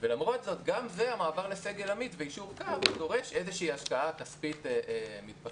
למרות זאת גם המעבר לסגל עמית ויישור קו דורש איזה השקעה כספית מתבקשת,